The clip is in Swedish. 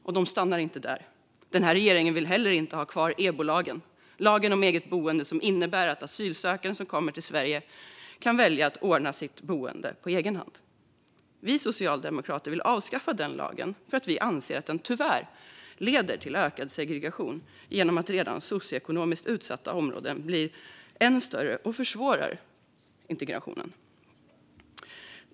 Regeringen stannar inte där utan vill ha kvar EBO-lagen, lagen om eget boende, som innebär att en asylsökande som kommer till Sverige kan välja att ordna sitt boende på egen hand. Vi socialdemokrater vill avskaffa EBO-lagen eftersom vi anser att den tyvärr leder till ökad segregation när redan socioekonomiskt utsatta områden blir ännu större, vilket försvårar integrationen.